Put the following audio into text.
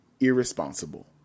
Irresponsible